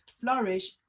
flourish